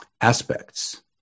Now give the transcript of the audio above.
Aspects